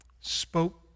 spoke